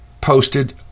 posted